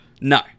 No